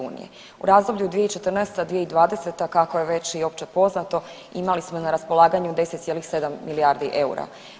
U razdoblju 2014.-2020. kako je već i opće poznato imali smo na raspolaganju 10,7 milijardi eura.